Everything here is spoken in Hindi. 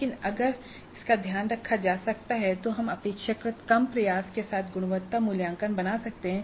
लेकिन अगर इसका ध्यान रखा जा सकता है तो हम अपेक्षाकृत कम प्रयास के साथ गुणवत्ता मूल्यांकन बना सकते हैं